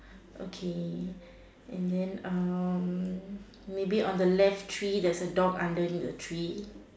okay and then um maybe on the left tree there's a dog underneath the tree